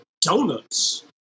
Donuts